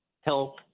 help